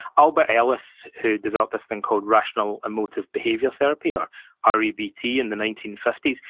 albert ellis, who developed this thing called rational emotive behavior therapy, or ah rebt, in the nineteen fifty s,